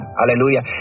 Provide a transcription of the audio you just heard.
hallelujah